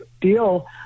deal